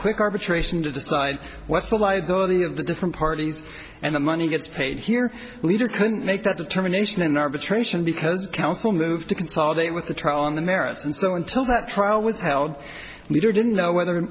quick arbitration to decide what's the liability of the different parties and the money gets paid here leader couldn't make that determination in arbitration because the council moved to consolidate with the trial on the merits and so until the trial was held later didn't know whether